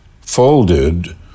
folded